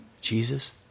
Jesus